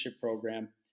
program